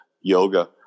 yoga